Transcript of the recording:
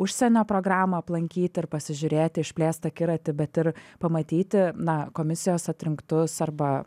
užsienio programą aplankyt ir pasižiūrėti išplėst akiratį bet ir pamatyti na komisijos atrinktus arba